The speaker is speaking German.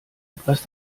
etwas